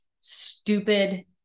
stupid